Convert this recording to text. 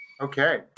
Okay